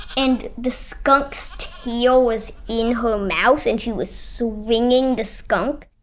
and the skunk's tail was in her mouth, and she was swinging the skunk.